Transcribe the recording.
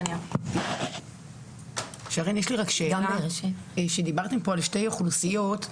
דיברתן כאן על שתי אוכלוסיות.